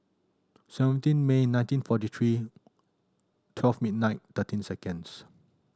seventeen May nineteen forty three twelve midnight thirteen seconds